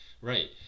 Right